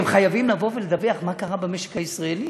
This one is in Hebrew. הם חייבים לבוא ולדווח מה קרה במשק הישראלי.